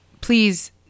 Please